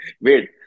Wait